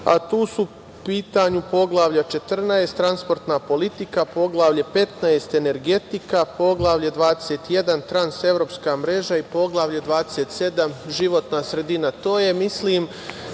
a tu su u pitanju Poglavlje 14 – transportna politika, Poglavlje 15 – Energetika, Poglavlje 21 – transevropska mreža i Poglavlje 27 – životna sredina. To